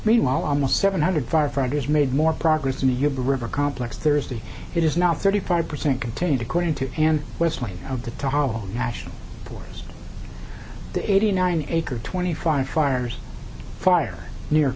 meanwhile almost seven hundred firefighters made more progress in the uber river complex thursday it is now thirty five percent contained according to and west line of the tal national forest the eighty nine acres twenty five fires fire near